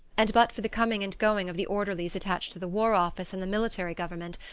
and but for the coming and going of the orderlies attached to the war office and the military government,